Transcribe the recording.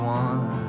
one